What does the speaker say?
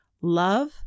love